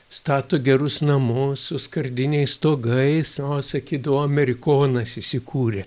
stato gerus namus su skardiniais stogais o sakydavo amerikonas įsikūrė